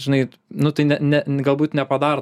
žinai nu tai ne ne galbūt nepadaro